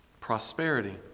prosperity